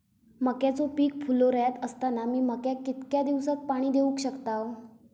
मक्याचो पीक फुलोऱ्यात असताना मी मक्याक कितक्या दिवसात पाणी देऊक शकताव?